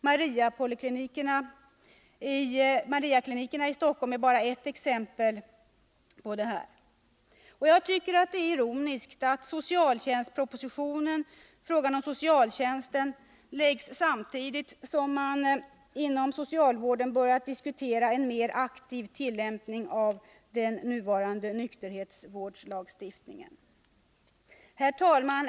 Mariaklinikerna i Stockholm är bara ett exempel på detta. Det är ironiskt att socialtjänstpropositionen läggs fram samtidigt som man inom socialvården har börjat diskutera en mer aktiv tillämpning av nuvarande nykterhetsvårdslagstiftning. Herr talman!